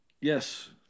Yes